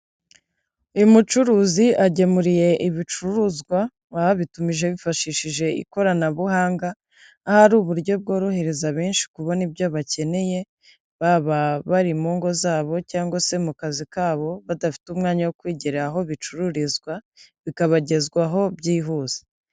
Uyu mucuruzi agemuriye ibicuruzwa babitumije bifashishije ikoranabuhanga, ahari uburyo bworohereza benshi kubona ibyo bakeneye baba bari mu ngo zabo cyangwa se mu kazi kabo badafite umwanya wo kwigira aho bicururizwa bikabagezwaho byihuse.